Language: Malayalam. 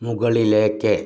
മുകളിലേക്ക്